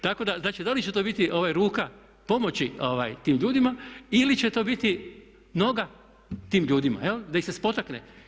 Tako da znači da li će to biti ruka pomoći tim ljudima ili će to biti noga tim ljudima jel', da ih se spotakne.